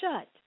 shut